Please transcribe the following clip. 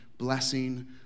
blessing